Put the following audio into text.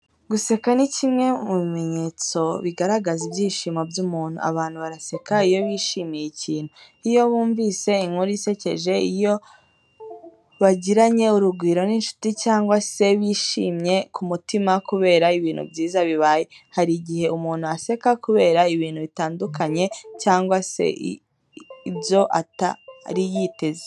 Guseka ni kimwe mu bimenyetso bigaragaza ibyishimo by’umuntu. Abantu baraseka iyo bishimiye ikintu, iyo bumvise inkuru isekeje, iyo bagiranye urugwiro n’inshuti cyangwa se iyo bishimye ku mutima kubera ibintu byiza bibaye. Hari n’igihe umuntu aseka kubera ibintu bitunguranye cyangwa se ibyo atari yiteze.